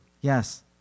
Yes